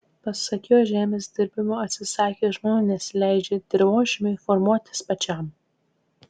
pasak jo žemės dirbimo atsisakę žmonės leidžia dirvožemiui formuotis pačiam